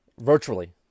virtually